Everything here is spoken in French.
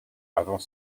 avant